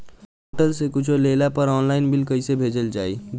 Hotel से कुच्छो लेला पर आनलाइन बिल कैसे भेजल जाइ?